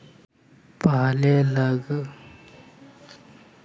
पहले गणना के तुलना में लगभग एगो प्रतिशत अधिक ज्यादा हइ